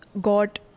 got